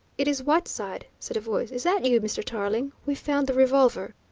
it is whiteside, said a voice. is that you, mr. tarling? we've found the revolver.